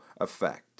effect